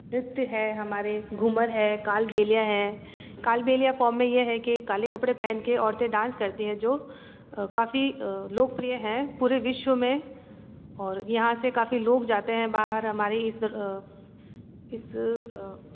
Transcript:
नृत्य है हमारे घूमर है कालबेलिया है कालबेलिया फॉर्म में यह है कि काले कपड़े पहन के औरतें डांस करती हैं जो काफ़ी लोकप्रिय हैं पूरे विश्व में और यहाँ से काफ़ी लोग जाते हैं बाहर हमारे इस इस